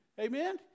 Amen